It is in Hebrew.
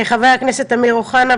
חבר הכנסת אמיר אוחנה,